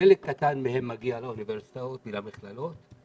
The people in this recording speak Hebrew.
חלק קטן מהם מגיע לאוניברסיטאות ולמכללות,